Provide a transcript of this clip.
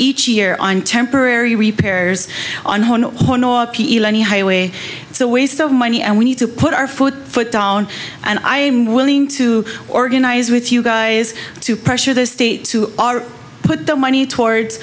each year on temporary repairs on one or any highway so waste of money and we need to put our foot foot down and i am willing to organize with you guys to pressure the states who are put the money towards